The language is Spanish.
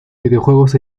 videojuegos